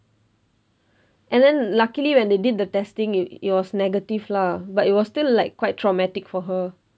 and then luckily when they did the testing it it was negative lah but it was still like quite traumatic for her